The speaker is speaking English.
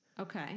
Okay